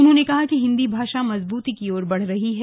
उन्होंने कहा कि हिंदी भाषा मजबूती की ओर बढ़ रही है